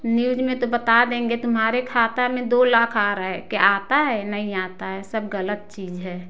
news में बता देंगे तुम्हारे खाता में दो लाख आ रहा है क्या आता है नहीं आता है सब गलत चीज़ है